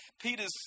Peter's